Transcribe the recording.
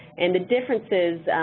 and the differences,